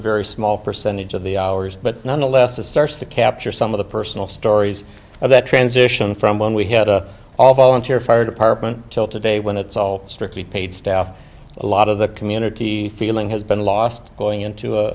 a very small percentage of the hours but nonetheless a search to capture some of the personal stories of that transition from when we had a all volunteer for our department till today when it's all strictly paid staff a lot of the community feeling has been lost going into